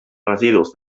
residus